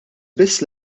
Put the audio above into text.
biss